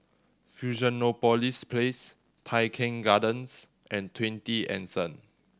Fusionopolis Place Tai Keng Gardens and Twenty Anson